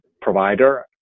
provider